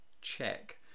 Check